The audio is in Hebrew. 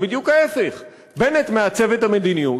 זה בדיוק ההפך, בנט מעצב את המדיניות,